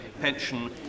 pension